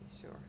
sure